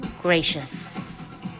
gracious